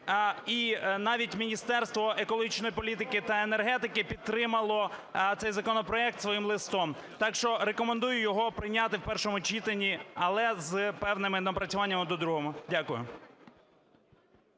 І навіть Міністерство екологічної політики та енергетики підтримало цей законопроект своїм листом. Так що рекомендую його прийняти в першому читанні, але з певними напрацюваннями до другого. Дякую.